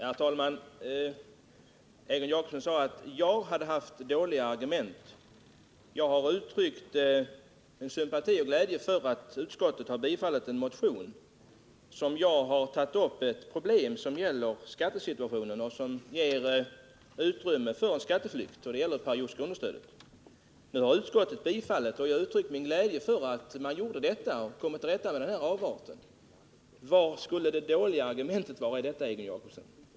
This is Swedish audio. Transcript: Herr talman! Egon Jacobsson sade att jag använde dåliga argument. Jag uttryckte glädje över att utskottet har tillstyrkt min motion, vari jag har tagit upp ett problem beträffande skattesituationen, nämligen det utrymme för skatteflykt som ges genom möjligheten till periodiskt understöd. Därmed kan man komma till rätta med denna avart. Vilket skulle det dåliga argumentet vara, Egon Jacobsson?